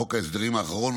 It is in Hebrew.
חוק ההסדרים האחרון,